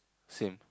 same